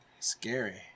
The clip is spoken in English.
scary